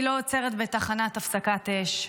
היא לא עוצרת בתחנת הפסקת אש.